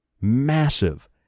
massive